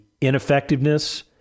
ineffectiveness